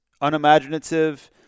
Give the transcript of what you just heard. unimaginative